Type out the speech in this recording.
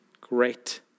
great